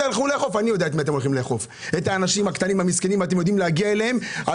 לאכוף את האנשים הקטנים המסכנים אתם יודעים להגיע אליהם על